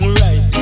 right